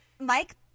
Mike